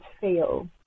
feel